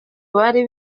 bari